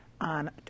on